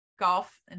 golf